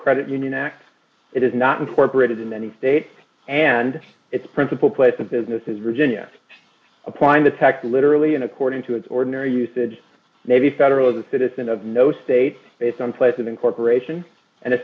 credit union act it is not incorporated in any state and its principal place of business is virginia applying the text literally and according to its ordinary usage may be federal as a citizen of no state based on place of incorporation and a